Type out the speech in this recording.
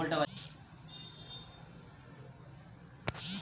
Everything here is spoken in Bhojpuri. एकरा के सरकार के द्वारा कानूनी मानल जाला